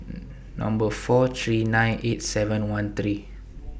Number four three nine eight seven one three